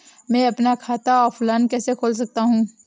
मैं अपना खाता ऑफलाइन कैसे खोल सकता हूँ?